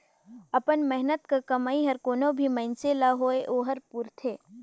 अपन मेहनत कर कमई हर कोनो भी मइनसे ल होए ओहर पूरथे